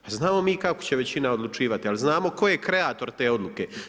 Pa znamo mi kako će većina odlučivati, ali znamo tko je kreator te odluke.